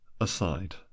aside